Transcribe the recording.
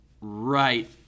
right